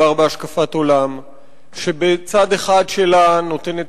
מדובר בהשקפת עולם שבצד אחד שלה נותנת